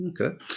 Okay